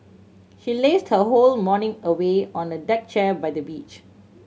she lazed her whole morning away on a deck chair by the beach